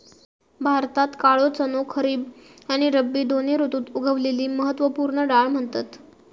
भारतात काळो चणो खरीब आणि रब्बी दोन्ही ऋतुत उगवलेली महत्त्व पूर्ण डाळ म्हणतत